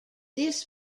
this